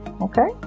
Okay